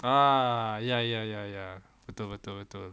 ah ya ya ya ya betul betul betul